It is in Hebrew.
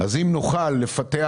אם נוכל לפתח